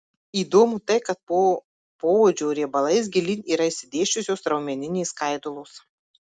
įdomu tai kad po poodžio riebalais gilyn yra išsidėsčiusios raumeninės skaidulos